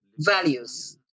values